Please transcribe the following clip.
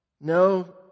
No